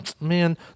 man